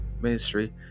ministry